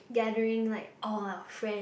gathering like all our friends